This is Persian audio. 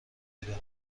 بوده